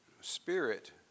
spirit